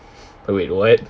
err wait what